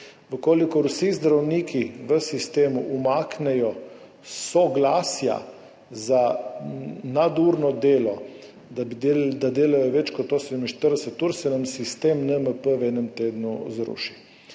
ur. Če vsi zdravniki v sistemu umaknejo soglasja za nadurno delo, da delajo več kot 48 ur, se nam sistem NMP v enem tednu zruši.